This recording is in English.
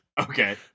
Okay